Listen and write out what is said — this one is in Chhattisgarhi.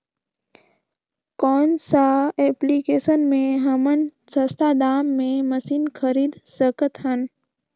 कौन सा एप्लिकेशन मे हमन सस्ता दाम मे मशीन खरीद सकत हन?